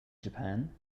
japan